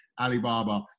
Alibaba